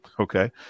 Okay